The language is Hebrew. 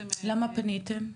למה פניתם?